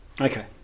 Okay